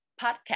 podcast